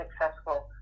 successful